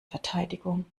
verteidigung